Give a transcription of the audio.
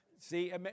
See